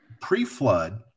pre-flood